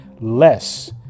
less